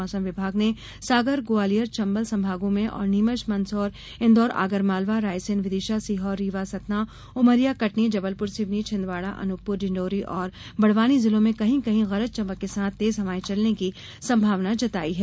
मौसम विभाग ने सागर ग्वालियर चम्बल संभागों में और नीमच मंदसौर इन्दौर आगरमालवा रायसेन विदिशा सीहोर रीवा सतना उमरिया कटनी जबलपुर सिवनी छिन्दवाड़ा अनूपपुर डिण्डोरी और बड़वानी जिलों में कहीं कहीं गरज चमक के साथ तेज हवायें चलने की संभावना जताई है